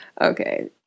Okay